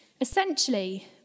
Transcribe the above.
Essentially